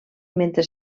mentre